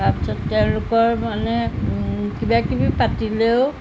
তাৰপিছত তেওঁলোকৰ মানে কিবাকিবি পাতিলেও